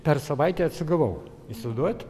per savaitę atsigavau įsivaizduojat